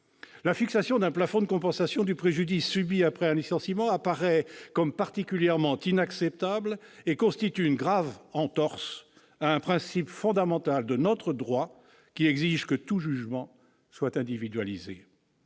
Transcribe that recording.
La fixation d'un plafond pour la compensation du préjudice subi du fait d'un licenciement apparaît particulièrement inacceptable et constitue une grave entorse à un principe fondamental de notre droit qui exige que tout jugement soit individualisé.